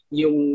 yung